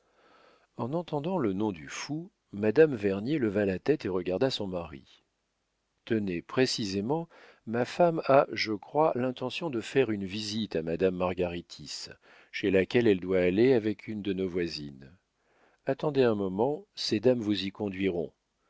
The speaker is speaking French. en entendant le nom du fou madame vernier leva la tête et regarda son mari tenez précisément ma femme a je crois l'intention de faire une visite à madame margaritis chez laquelle elle doit aller avec une de nos voisines attendez un moment ces dames vous y conduiront